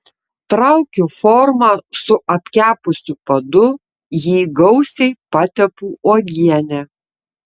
traukiu formą su apkepusiu padu jį gausiai patepu uogiene